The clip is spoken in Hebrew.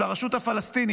של הרשות הפלסטינית,